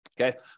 Okay